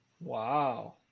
Wow